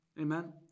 Amen